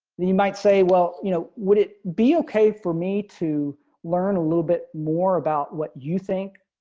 you might say, well, you know, would it be okay for me to learn a little bit more about what you think.